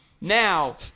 Now